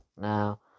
Now